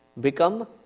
become